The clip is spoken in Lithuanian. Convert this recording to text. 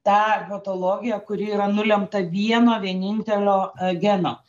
tą patologiją kuri yra nulemta vieno vienintelio geno